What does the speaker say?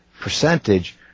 percentage